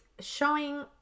Showing